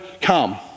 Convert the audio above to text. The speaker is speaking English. come